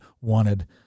wanted